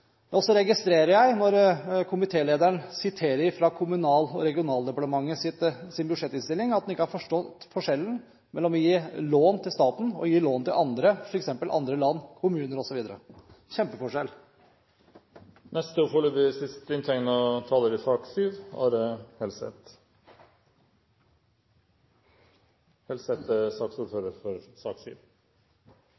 skje. Så registrerer jeg – når komitélederen siterer fra Kommunal- og regionaldepartementets budsjettforslag – at han ikke har forstått forskjellen mellom å gi lån til staten og å gi lån til andre, f.eks. andre land, kommuner, osv. Det er en kjempeforskjell.